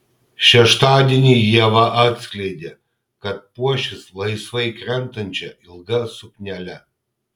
šeštadienį ieva atskleidė kad puošis laisvai krentančia ilga suknele